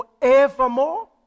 forevermore